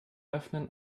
öffnen